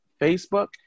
Facebook